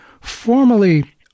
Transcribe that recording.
formerly